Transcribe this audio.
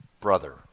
brother